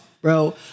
bro